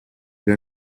run